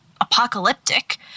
apocalyptic